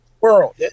world